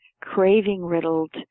craving-riddled